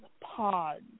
pods